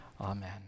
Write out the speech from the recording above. Amen